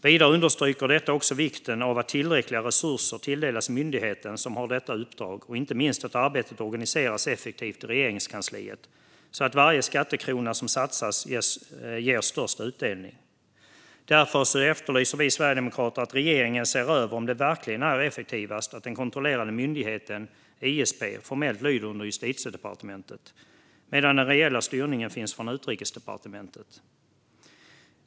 Vidare visar detta också på vikten av att tillräckliga resurser tilldelas myndigheten som har detta uppdrag och inte minst att arbetet organiseras effektivt i Regeringskansliet så att varje skattekrona som satsas ger största möjliga utdelning. Därför efterlyser vi sverigedemokrater att regeringen ska se över om det verkligen är effektivast att den kontrollerande myndigheten, ISP, formellt lyder under Justitiedepartementet medan den reella styrningen sker från Utrikesdepartementet.